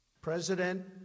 President